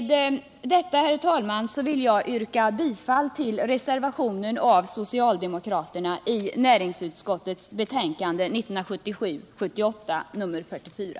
Med detta, herr talman, vill jag yrka bifall till den socialdemokratiska reservationen vid näringsutskottets betänkande 1977/78:44.